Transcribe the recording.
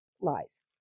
lies